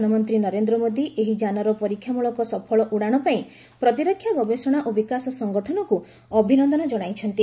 ପ୍ରଧାନମନ୍ତ୍ରୀ ନରେନ୍ଦ୍ର ମୋଦୀ ଏହି ଯାନର ପରୀକ୍ଷାମୂଳକ ସଫଳ ଉଡ଼ାଣ ପାଇଁ ପ୍ରତିରକ୍ଷା ଗବେଷଣା ଓ ବିକାଶ ସଂଗଠନକୁ ଅଭିନନ୍ଦନ ଜଣାଇଛନ୍ତି